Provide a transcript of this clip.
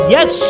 Yes